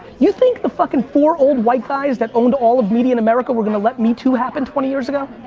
you think the fuckin' four old white guys that owned all of media in america were gonna let me too happen twenty years ago?